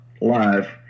live